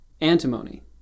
antimony